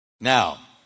Now